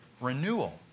renewal